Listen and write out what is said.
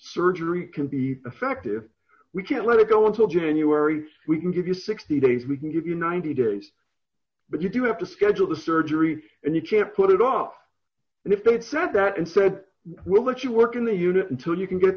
surgery can be effective we can't let it go until january we can give you sixty days we can give you ninety days but you have to schedule the surgery and you can't put it off and if it's not that and said we'll let you work in the unit until you can get